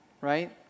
right